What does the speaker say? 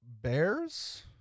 bears